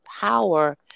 Power